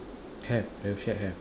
have the shirt have